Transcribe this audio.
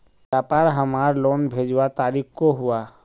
व्यापार हमार लोन भेजुआ तारीख को हुआ?